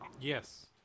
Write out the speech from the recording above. Yes